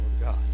God